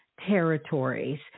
territories